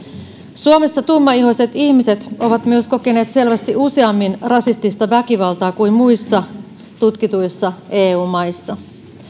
suomessa tummaihoiset ihmiset ovat myös kokeneet selvästi useammin rasistista väkivaltaa kuin muissa tutkituissa eu maissa